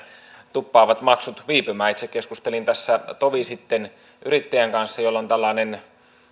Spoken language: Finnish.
tuppaavat maksut viipymään itse keskustelin tässä tovi sitten yrittäjän kanssa jolla on